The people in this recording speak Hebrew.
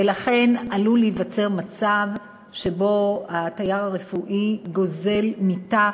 ולכן עלול להיווצר מצב שבו התייר הרפואי גוזל מיטה,